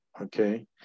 okay